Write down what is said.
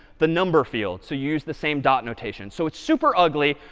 the number field. so use the same dot notation. so it's super ugly.